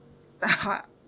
stop